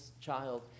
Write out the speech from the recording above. child